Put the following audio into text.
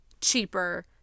cheaper